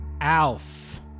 Alf